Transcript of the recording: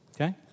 okay